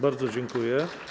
Bardzo dziękuję.